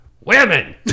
Women